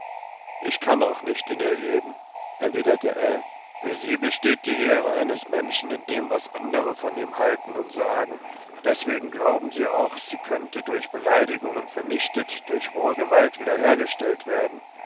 ich kann auch nicht in ihr leben erwiderte ell für sie besteht die ehre eines menschen in dem was andere von ihm halten und sagen deswegen glauben sie auch sie könnte durch beleidigungen vernichtet durch rohe gewalt wiederhergestellt werden